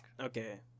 Okay